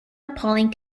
appalling